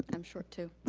i'm short, too.